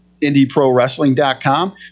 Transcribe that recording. IndieProWrestling.com